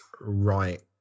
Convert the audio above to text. right